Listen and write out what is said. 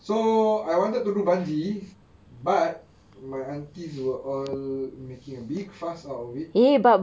so I wanted to bungee but my aunties were all making a big fuss out of it